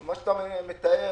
מה שאתה מתאר